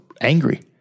angry